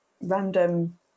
random